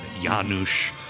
Janusz